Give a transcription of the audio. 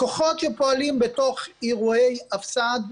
הכוחות שפועלים בתוך אירועי הפס"ד,